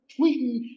tweeting